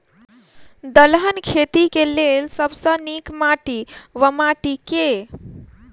दलहन खेती केँ लेल सब सऽ नीक माटि वा माटि केँ?